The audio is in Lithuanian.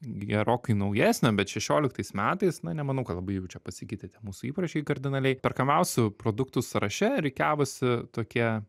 gerokai naujesnio bet šešioliktas metais na nemanau kad labai jau čia pasikeitė tie mūsų įpročiai kardinaliai perkamiausių produktų sąraše rikiavosi tokie